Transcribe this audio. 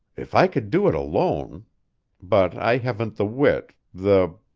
if i could do it alone but i haven't the wit the